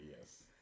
Yes